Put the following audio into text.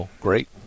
great